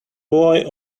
boy